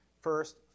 First